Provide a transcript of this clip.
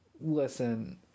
listen